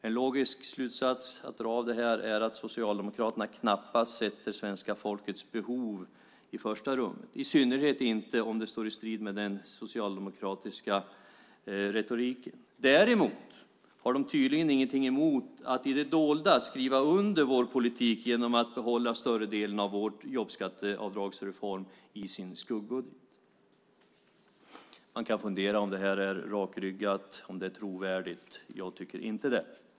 En logisk slutsats att dra av detta är att Socialdemokraterna knappast sätter svenska folkets behov i första rummet, i synnerhet inte om det står i strid med den socialdemokratiska retoriken. Däremot har de tydligen ingenting emot att i det dolda skriva under vår politik genom att behålla större delen av vår jobbskatteavdragsreform i sin skuggbudget. Man kan fundera över om det är rakryggat och trovärdigt. Jag tycker inte det.